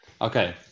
Okay